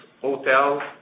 hotels